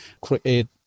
create